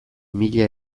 mila